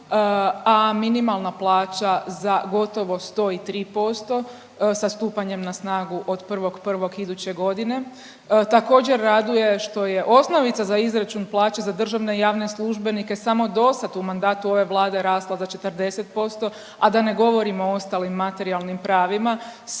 a minimalna plaća za gotovo 100 i 3 posto sa stupanjem na snagu od 1.1. iduće godine, također raduje što je osnovica za izračun plaće za državne i javne službenike samo do sad u mandatu ove Vlade rasla za 40%, a da ne govorim o ostalim materijalnim pravima.